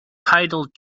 titled